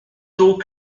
tout